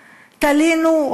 תלינו,